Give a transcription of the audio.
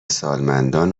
سالمندان